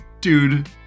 Dude